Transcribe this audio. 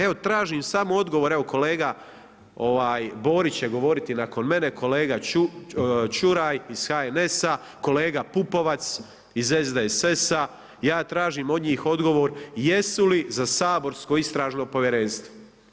Evo tražim samo odgovor, evo kolega Borić će govoriti nakon mene, kolega Čuraj iz HNS-a, kolega Pupovac iz SDSS-a, ja tražim od njih odgovor jesu li za saborsko Istražno povjerenstvo?